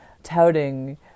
touting